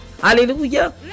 Hallelujah